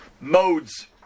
modes